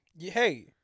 Hey